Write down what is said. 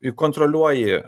ir kontroliuoji